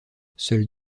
seules